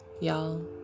y'all